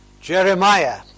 Jeremiah